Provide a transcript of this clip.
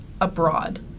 abroad